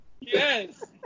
Yes